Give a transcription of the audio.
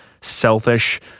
selfish